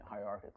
hierarchically